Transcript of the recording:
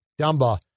Dumba